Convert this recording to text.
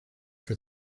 for